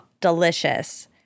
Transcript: delicious